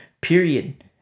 period